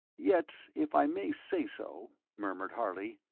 yet, if i may say so, murmured harley,